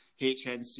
HNC